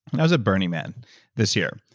i was at burning man this year,